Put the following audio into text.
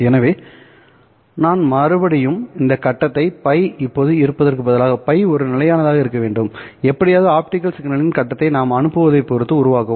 எனவே நாம் மறுபடியும் இந்த கட்டத்தை Ф இப்போது இருப்பதற்குப் பதிலாக Ф ஒரு நிலையானதாக இருக்க வேண்டும் எப்படியாவது ஆப்டிகல் சிக்னலின் கட்டத்தை நாம் அனுப்புவதைப் பொறுத்து உருவாக்கவும்